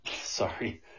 sorry